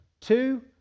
Two